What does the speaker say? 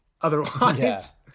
otherwise